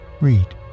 read